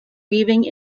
weaving